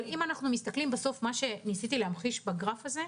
מה שניסיתי להמחיש בגרף הזה,